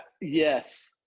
yes